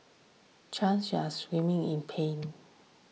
Chan screaming in pain